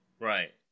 Right